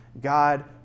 God